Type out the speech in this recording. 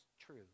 True